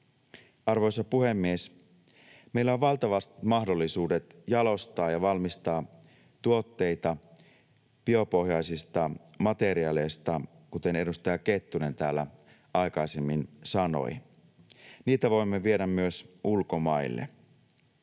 Arvoisa puhemies! Meillä on valtavat mahdollisuudet jalostaa ja valmistaa tuotteita biopohjaisista materiaaleista, kuten edustaja Kettunen täällä aikaisemmin sanoi. Niitä voimme viedä myös ulkomaille.